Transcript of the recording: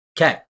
Okay